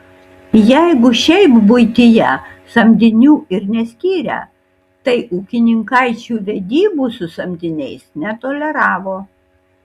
jeigu šiaip buityje samdinių ir neskyrę tai ūkininkaičių vedybų su samdiniais netoleravo